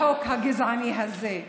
בחוק הגזעני הזה.